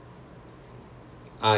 oh is from M_B_S is it